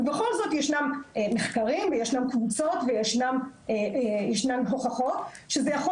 ובכל זאת ישנם מחקרים וישנן קבוצות וישנן הוכחות שזה יכול